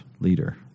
leader